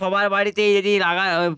সবার বাড়িতে এটি লাগা